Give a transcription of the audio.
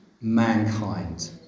mankind